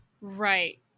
Right